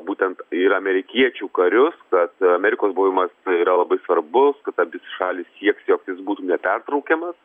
būtent ir amerikiečių karius kad amerikos buvimas yra labai svarbus kad abi šalys sieks jog jis būtų nepertraukiamas